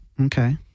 Okay